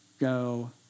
go